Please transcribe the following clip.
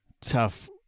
tough